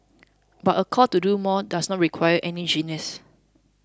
but a call to do more does not require any genius